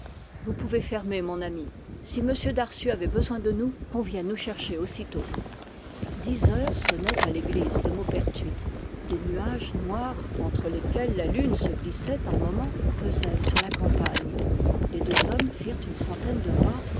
vous pouvez fermer mon ami si m darcieux avait besoin de nous qu'on vienne nous chercher aussitôt dix heures sonnaient à l'église de maupertuis des nuages noirs entre lesquels la lune se glissait par moments pesaient sur la campagne les deux hommes firent une centaine de pas